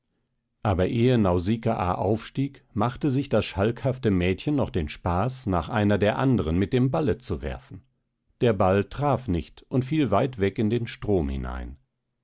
aber ehe nausikaa aufstieg machte sich das schalkhafte mädchen noch den spaß nach einer der anderen mit dem balle zu werfen der ball traf nicht und fiel weit weg in den strom hinein